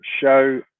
show